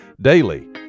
daily